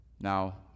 Now